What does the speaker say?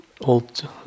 old